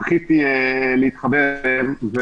וזכיתי להתחבר אליהם.